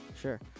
sure